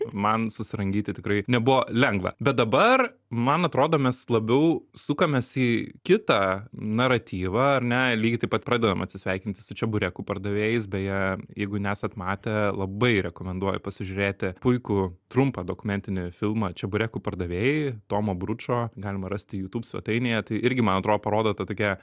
man susirangyti tikrai nebuvo lengva bet dabar man atrodo mes labiau sukamės į kitą naratyvą ar ne lygiai taip pat pradedam atsisveikinti su čeburekų pardavėjais beje jeigu nesat matę labai rekomenduoju pasižiūrėti puikų trumpą dokumentinį filmą čeburekų pardavėjai tomo bručo galima rasti youtube svetainėje tai irgi man atrodo parodo tą tokią